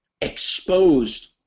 exposed